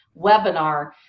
webinar